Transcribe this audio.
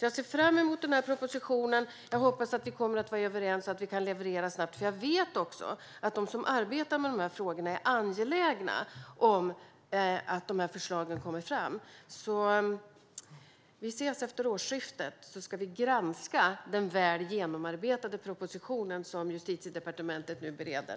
Jag ser fram emot propositionen, och jag hoppas att vi kommer att vara överens och kan leverera snabbt. Jag vet att de som arbetar med dessa frågor är angelägna om att förslagen kommer fram. Vi ses efter årsskiftet, och då ska riksdagen granska den väl genomarbetade propositionen som Justitiedepartementet nu bereder.